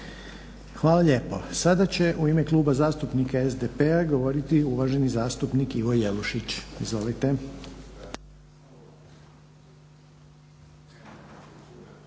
Hvala lijepo. Sada će u ime Kluba zastupnika SDP-a govoriti uvaženi zastupnik Ivo Jelušić. Izvolite.